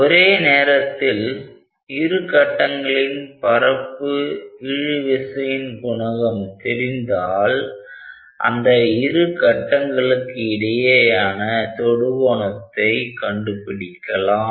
ஒரே நேரத்தில் இரு கட்டங்களின் பரப்பு இழு விசையின் குணகம் தெரிந்தால் அந்த இரு கட்டங்களுக்கு இடையேயான தொடுகோணத்தை கண்டு பிடிக்கலாம்